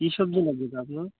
কি সবজি লাগবে তো আপনার